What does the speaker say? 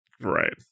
Right